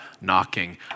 knocking